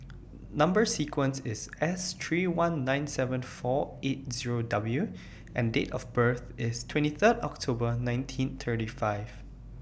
Number sequence IS S three one nine seven four eight Zero W and Date of birth IS twenty Third October nineteen thirty five